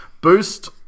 Boost